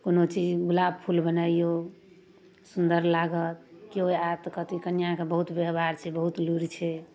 कोनो चीज गुलाबके फूल बनाइयौ सुन्दर लागत केओ आयत कहतै कनिआँके बहुत व्यवहार छै बहुत लुरि छै